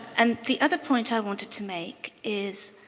and the other point i wanted to make is